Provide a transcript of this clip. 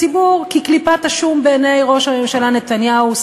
הציבור כקליפת השום בעיני ראש הממשלה נתניהו,